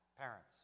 parents